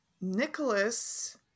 Nicholas